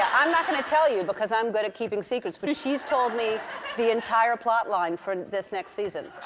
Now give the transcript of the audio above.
i'm not going to tell you because i'm good at keeping secrets. but she's told me the entire plot line for this next season.